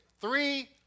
three